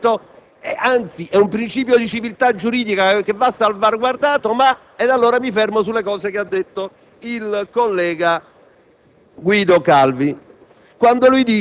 che è corretto, che, anzi, è un principio di civiltà giuridica che va salvaguardato, ma... Allora, mi soffermo sulle cose che ha detto il collega Guido Calvi.